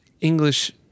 English